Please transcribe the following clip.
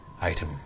item